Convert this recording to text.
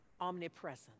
omnipresent